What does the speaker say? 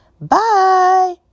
Bye